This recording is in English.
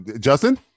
Justin